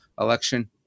election